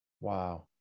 Wow